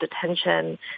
detention